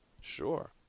Sure